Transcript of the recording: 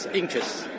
interests